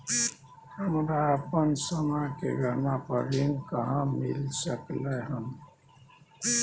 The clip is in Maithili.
हमरा अपन सोना के गहना पर ऋण कहाॅं मिल सकलय हन?